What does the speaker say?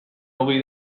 ogi